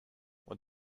what